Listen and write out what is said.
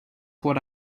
what